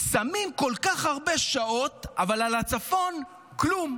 שמים כל כך הרבה שעות, אבל על הצפון כלום?